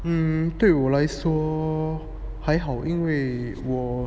hmm 对我来说还好因为我